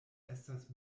estas